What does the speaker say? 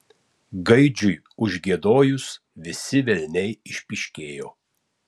gaidžiui užgiedojus visi velniai išpyškėjo